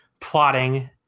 plotting